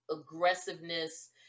aggressiveness